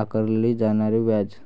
आकारले जाणारे व्याज